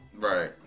Right